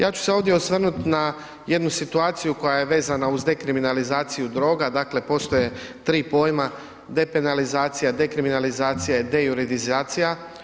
Ja ću se ovdje osvrnuti na jednu situaciju koja je vezana uz dekriminalizaciju droga, dakle postoje tri pojma depenalizacija, dekriminalizacija i dejuridizacija.